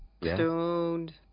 Stoned